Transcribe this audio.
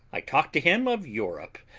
i talked to him of europe,